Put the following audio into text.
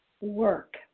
work